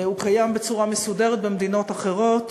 הוא קיים בצורה מסודרת במדינות אחרות.